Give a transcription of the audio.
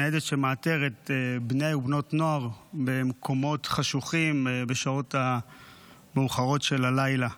ניידת שמאתרת בני ובנות נוער במקומות חשוכים בשעות המאוחרות של הלילה,